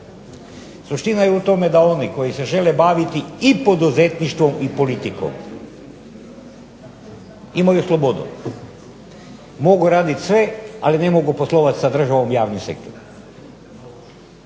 Suština je u tome da oni koji se žele baviti i poduzetništvom i politikom imaju slobodu. Mogu raditi sve ali ne mogu poslovati sa državom u javnom sektora.